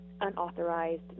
unauthorized